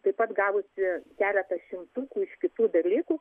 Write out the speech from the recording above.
taip pat gavusi keletą šimtukų iš kitų dalykų